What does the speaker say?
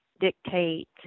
dictate